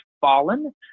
fallen